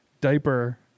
Diaper